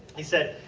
he said,